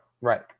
Right